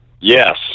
yes